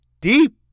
deep